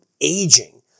aging